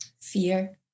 Fear